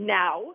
now